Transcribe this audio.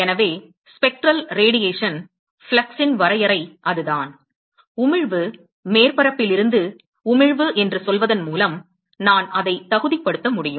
எனவே spectral radiation ஃப்ளக்ஸின் வரையறை அதுதான் உமிழ்வு மேற்பரப்பில் இருந்து உமிழ்வு என்று சொல்வதன் மூலம் நான் அதைத் தகுதிப்படுத்த முடியும்